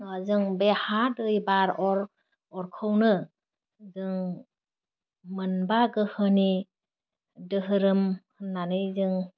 ओह जों बे हा दै बार अर अरखौनो जों मोनबा गोहोनि दोहोरोम होननाना जों